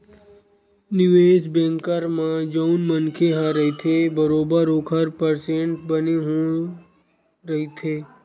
निवेस बेंकर म जउन मनखे ह रहिथे बरोबर ओखर परसेंट बने होय रहिथे